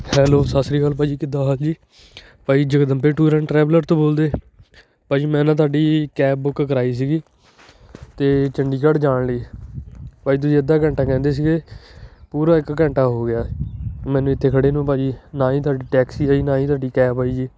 hello ਸਤਿ ਸ਼੍ਰੀ ਅਕਾਲ ਭਾਅ ਜੀ ਕਿੱਦਾਂ ਹਾਲ ਜੀ ਭਾਈ ਜਗਦੰਬੇ ਟੂਰ ਐਂਡ ਟਰੈਵਲਰ ਤੋਂ ਬੋਲਦੇ ਭਾਅ ਜੀ ਮੈਂ ਨਾ ਤੁਹਾਡੀ ਕੈਬ ਬੁੱਕ ਕਰਾਈ ਸੀਗੀ ਅਤੇ ਚੰਡੀਗੜ੍ਹ ਜਾਣ ਲਈ ਭਾਅ ਜੀ ਤੁਸੀਂ ਅੱਧਾ ਘੰਟਾ ਕਹਿੰਦੇ ਸੀਗੇ ਪੂਰਾ ਇੱਕ ਘੰਟਾ ਹੋ ਗਿਆ ਮੈਨੂੰ ਇੱਥੇ ਖੜ੍ਹੇ ਨੂੰ ਭਾਅ ਜੀ ਨਾ ਹੀ ਤੁਹਾਡੀ ਟੈਕਸੀ ਆਈ ਨਾ ਹੀ ਤੁਹਾਡੀ ਕੈਬ ਆਈ ਜੀ